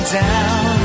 down